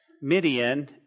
Midian